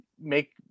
make